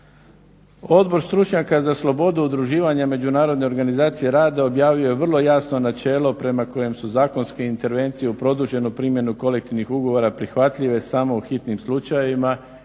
Odbor stručnjaka za slobodu udruživanja Međunarodne organizacije rada objavio je vrlo jasno načelo prema kojem su zakonske intervencije u produženu primjenu kolektivnog ugovora prihvatljive samo u hitnim slučajevima